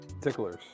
Ticklers